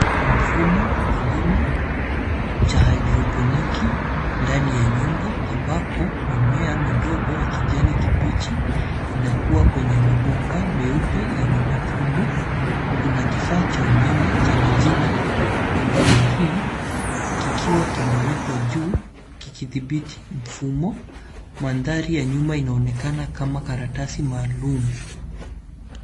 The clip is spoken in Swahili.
Mfumo wa kilimo cha haidroponiki ndani ya nyumba ambapo mimea midogo ya kijani kibichi inakua kwenye mabomba meupe yenye matundu. Kuna kifaa cha umeme chenye jina hydromarine kikiwa kimewekwa juu kikithibiti mfumo. Mandhari ya nyuma inaonekana kama karatasi maalumu.